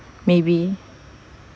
maybe